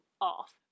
off